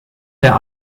der